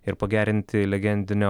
ir pagerinti legendinio